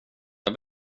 jag